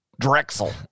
Drexel